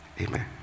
Amen